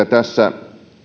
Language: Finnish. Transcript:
tässä